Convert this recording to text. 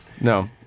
no